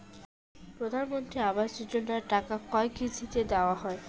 প্রধানমন্ত্রী আবাস যোজনার টাকা কয় কিস্তিতে দেওয়া হয়?